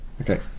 Okay